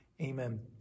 Amen